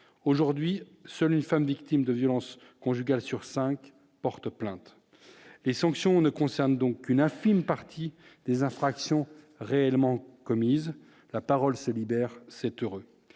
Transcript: aujourd'hui, seule une femme victime de violences conjugales sur 5 porte plainte, les sanctions ne concerne donc qu'une infime partie des infractions réellement commises la parole se libère 7 heures,